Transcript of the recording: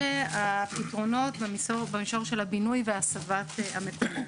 אלה הפתרונות במישור של הבינוי והסבת המקומות,